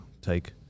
take